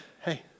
hey